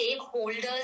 stakeholders